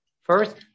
First